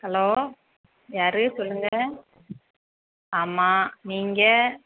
hello யார் சொல்லுங்கள் ஆமாம் நீங்கள்